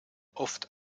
oft